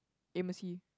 Amos-Yee